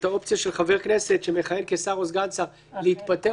את האופציה של חבר כנסת שמכהן כשר או סגן שר להתפטר